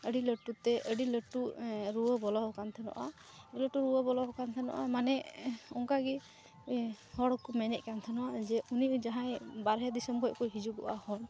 ᱟᱹᱰᱤ ᱞᱟᱹᱴᱩᱛᱮ ᱟᱹᱰᱤ ᱞᱟᱹᱴᱩ ᱨᱩᱣᱟᱹ ᱵᱚᱞᱚᱣᱠᱟᱱ ᱛᱮᱦᱮᱱᱚᱜᱼᱟ ᱞᱟᱹᱴᱩ ᱨᱩᱣᱟᱹ ᱵᱚᱞᱚᱣ ᱟᱠᱟᱱ ᱛᱮᱦᱮᱱᱚᱜᱼᱟ ᱢᱟᱱᱮ ᱚᱱᱠᱟᱜᱮ ᱦᱚᱲᱠᱚ ᱢᱮᱱᱮᱫᱠᱟᱱ ᱛᱮᱦᱮᱱᱚᱜᱼᱟ ᱡᱮ ᱩᱱᱤ ᱡᱟᱦᱟᱸᱭ ᱵᱟᱨᱦᱮ ᱫᱤᱥᱚᱢ ᱠᱷᱚᱱᱠᱚ ᱦᱤᱡᱩᱜᱚᱜᱼᱟ ᱦᱚᱲ